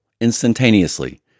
instantaneously